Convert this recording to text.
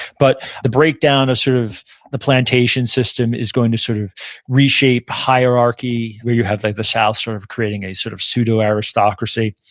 but the breakdown sort of the plantation system is going to sort of reshape hierarchy, where you have like the south sort of creating a sort of pseudo-aristocracy.